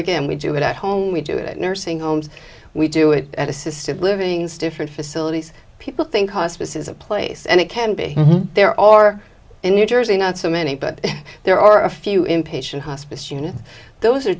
again we do it at home we do it at nursing homes we do it at assisted living stiffen facilities people think hospice is a place and it can be there or in new jersey not so many but there are a few inpatient hospice you know those are